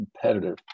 competitive